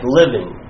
living